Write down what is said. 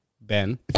Ben